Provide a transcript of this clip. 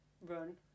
run